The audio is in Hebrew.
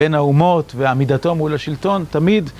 בין האומות ועמידתו מול השלטון תמיד